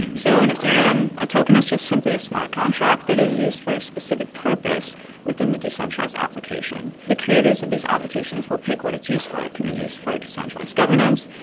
so in ethereum, a token is just simply a smart contract that is used for a specific purpose within the decentralized application. the creators of these applications will pick what it's used for. it could be used for decentralized governance.